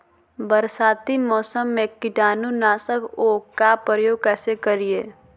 बरसाती मौसम में कीटाणु नाशक ओं का प्रयोग कैसे करिये?